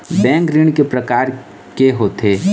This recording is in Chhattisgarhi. बैंक ऋण के प्रकार के होथे?